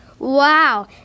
Wow